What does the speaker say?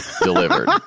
delivered